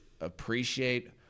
appreciate